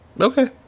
Okay